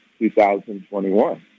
2021